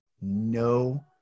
no